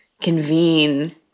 convene